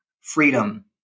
freedom